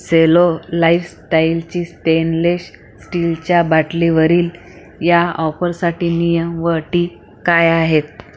Cello लाईफस्टाईलची stainless स्टीलच्या बाटलीवरील या ऑफरसाठी नियम व अटी काय आहेत